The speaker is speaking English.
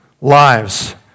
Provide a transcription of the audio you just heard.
lives